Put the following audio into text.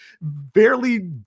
barely